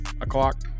o'clock